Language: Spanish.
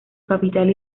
capital